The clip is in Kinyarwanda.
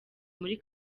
muri